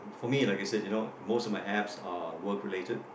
for me like you said you know most of my apps are work related